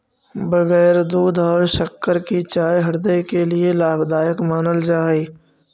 बगैर दूध और शक्कर की चाय हृदय के लिए लाभदायक मानल जा हई